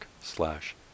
slash